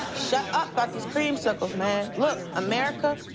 shut up, about these creamsicles, man. look, america,